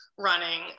running